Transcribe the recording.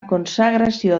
consagració